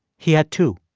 he had two.